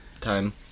time